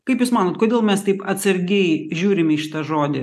kaip jūs manot kodėl mes taip atsargiai žiūrim į šitą žodį